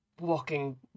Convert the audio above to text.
walking